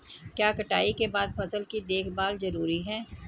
क्या कटाई के बाद फसल की देखभाल जरूरी है?